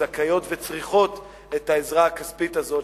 וזכאיות וצריכות את העזרה הכספית הזאת,